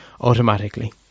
automatically